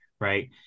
Right